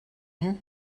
here